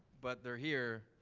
but they're here.